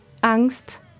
Angst